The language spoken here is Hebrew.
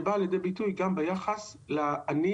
שבאה לידי ביטוי גם ביחס לעני,